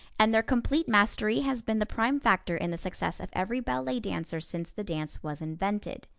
and their complete mastery has been the prime factor in the success of every ballet dancer since the dance was invented.